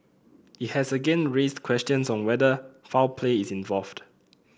it has again raised questions on whether foul play is involved